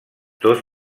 dos